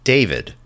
David